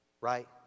right